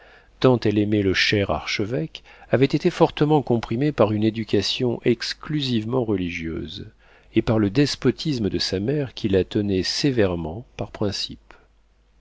tant elle aimait le cher archevêque avait été fortement comprimée par une éducation exclusivement religieuse et par le despotisme de sa mère qui la tenait sévèrement par principes